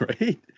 right